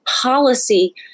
policy